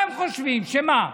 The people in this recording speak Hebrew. מה הם חושבים, שמה?